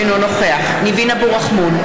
אינו נוכח ניבין אבו רחמון,